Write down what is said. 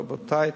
רבותי,